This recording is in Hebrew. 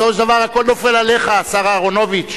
בסופו של דבר הכול נופל עליך, השר אהרונוביץ.